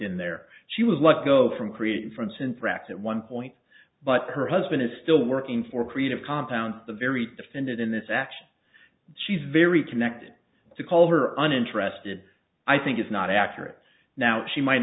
in there she was let go from creating france in fact that one point but her husband is still working for creative compounds the very defended in this action she's very connected to call her uninterested i think is not accurate now she might